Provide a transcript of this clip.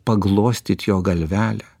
paglostyt jo galvelę